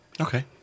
Okay